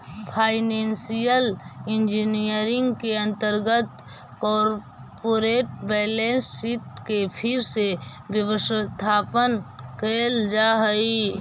financial engineering के अंतर्गत corporate balance sheet के फिर से व्यवस्थापन कैल जा हई